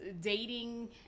dating